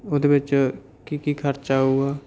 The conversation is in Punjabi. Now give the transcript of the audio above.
ਉਹਦੇ ਵਿੱਚ ਕੀ ਕੀ ਖਰਚਾ ਆਊਗਾ